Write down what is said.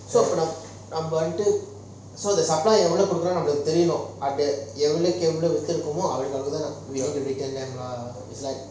so அப்போ நம்ம நம்மக்கு வந்து:apo namma nammaku vanthu so supplier எவ்ளோ குடுக்குறானு நம்மளுக்கு தெரியணும் அது எவ்ளோகி எவ்ளோ வித்து இருக்கோமோ அவுலோவுக்கு அவ்ளோ தான்:evlo kudukuranu nammaluku teriyanum athu evloki evlo vithu irukomo avulovuku avlo thaan